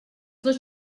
dos